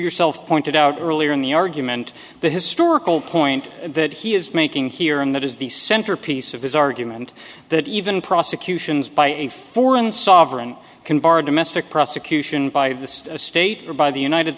yourself pointed out earlier in the argument the historical point that he is making here and that is the centerpiece of his argument that even prosecutions by a foreign sovereign can bar domestic prosecution by this state or by the united